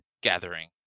gathering